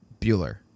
Bueller